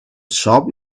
shop